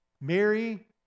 Mary